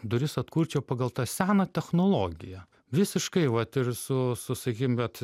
duris atkurčiau pagal tą seną technologiją visiškai vat ir su sakykim bet